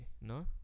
No